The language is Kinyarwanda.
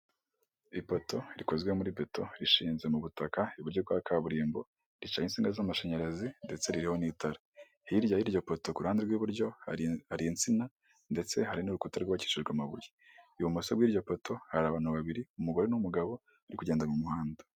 Ipoto rikozwe muri beto rishinze mu butaka, iburyo bwa kaburimbo ricaho isinga z’amashanyarazi ndetse ririho n' itara. Hirya y’iryo poroto ku kuruhande rw’iburyo hari insina, ndetse hari n’urukuta rwubakishijwe amabuye. Ibumoso bwi iryo poto hari abantu babiri, umugore n’umugabo bari kugenda mu muhanda.